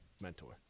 mentor